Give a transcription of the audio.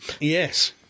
Yes